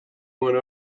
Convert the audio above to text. went